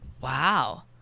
Wow